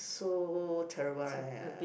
so terrible